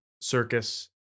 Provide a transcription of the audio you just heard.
circus